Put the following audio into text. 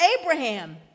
Abraham